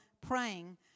praying